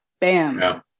bam